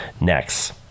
Next